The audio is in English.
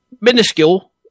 minuscule